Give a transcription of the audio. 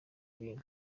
bintu